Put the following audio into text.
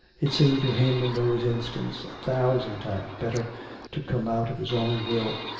it seemed to him in those instants a thousand times better to come out of his own will,